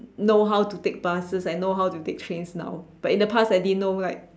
know how to take buses I know how to take trains now but in the past I didn't know like